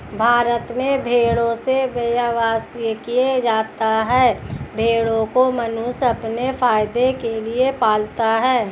भारत में भेड़ों से व्यवसाय किया जाता है भेड़ों को मनुष्य अपने फायदे के लिए पालता है